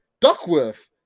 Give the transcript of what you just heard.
Duckworth